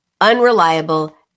unreliable